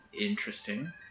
interesting